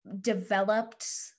developed